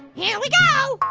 here we go.